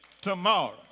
tomorrow